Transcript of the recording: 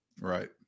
right